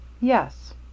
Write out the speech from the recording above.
Yes